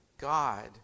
God